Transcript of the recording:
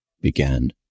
began